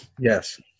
Yes